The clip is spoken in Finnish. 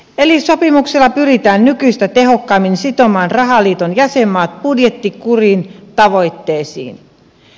eli sopimuksella pyritään nykyistä tehokkaammin sitomaan rahaliiton jäsenmaat budjettikurin tavoitteisiin